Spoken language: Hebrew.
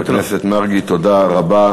חבר הכנסת מרגי, תודה רבה.